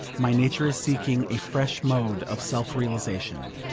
my nature is seeking a fresh mode of self-realisation.